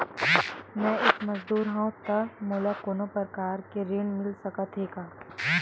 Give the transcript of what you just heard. मैं एक मजदूर हंव त मोला कोनो प्रकार के ऋण मिल सकत हे का?